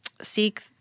seek